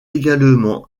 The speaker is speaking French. également